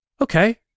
Okay